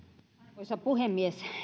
arvoisa puhemies